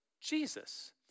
Jesus